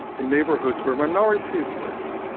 the neighbourhoods where minorities lived,